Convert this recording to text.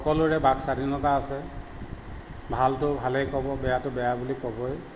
সকলোৰে বাক স্বাধীনতা আছে ভালটো ভালেই ক'ব বেয়াটো বেয়া বুলি ক'বই